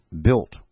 built